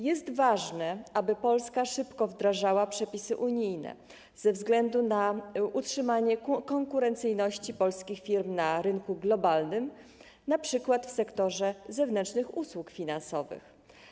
Jest ważne, aby Polska szybko wdrażała przepisy unijne ze względu na utrzymanie konkurencyjności polskich firm na rynku globalnym, np. w sektorze zewnętrznych usług finansowych.